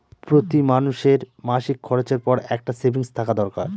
প্রতি মানুষের মাসিক খরচের পর একটা সেভিংস থাকা দরকার